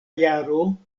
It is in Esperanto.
jaro